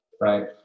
right